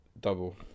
Double